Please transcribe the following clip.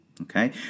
Okay